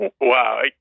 Wow